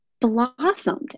blossomed